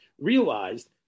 realized